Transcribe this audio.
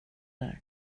där